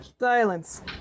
silence